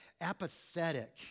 apathetic